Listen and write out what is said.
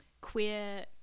queer –